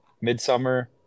Midsummer